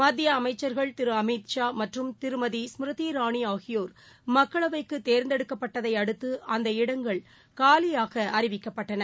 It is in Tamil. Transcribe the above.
மத்தியஅமைச்சர்கள் திருஅமித்ஷா மற்றும் திருமதி ஸ்மிருமி இரானிஆகியோர் மக்களவைக்குதேர்ந்தெடுக்கப்பட்டதைஅடுத்து அந்த இடங்கள் காலியாகஅறிவிக்கப்பட்டன